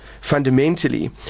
fundamentally